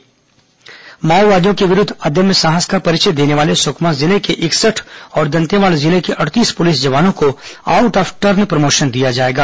out of turn promotion माओवादियों के विरूद्ध अदम्य साहस का परिचय देने वाले सुकमा जिले के इकसठ और दंतेवाड़ा जिले अड़तीस पुलिस जवानों को समय से पहले प्रमोशन दिया जाएगा